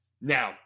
Now